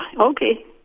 Okay